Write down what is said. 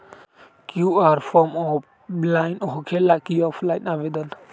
QR form online होकेला कि offline आवेदन?